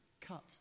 cut